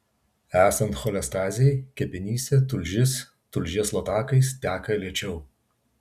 esant cholestazei kepenyse tulžis tulžies latakais teka lėčiau